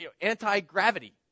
Anti-gravity